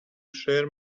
share